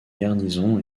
garnison